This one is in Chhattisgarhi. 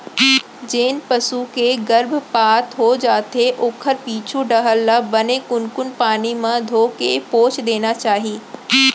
जेन पसू के गरभपात हो जाथे ओखर पीछू डहर ल बने कुनकुन पानी म धोके पोंछ देना चाही